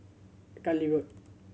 Cluny Road